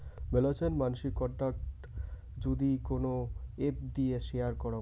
মেলাছেন মানসি কন্টাক্ট যদি কোন এপ্ দিয়ে শেয়ার করাং